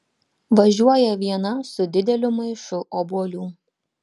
važiuoja viena su dideliu maišu obuolių